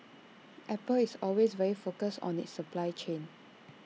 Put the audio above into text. apple is always very focused on its supply chain